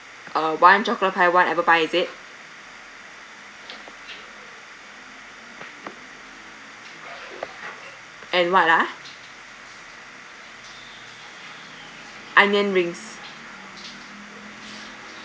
uh one chocolate pie one apple pie is it and what ah onion rings